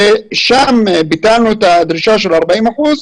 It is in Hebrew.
ושם ביטלנו את הדרישה של 40 אחוזים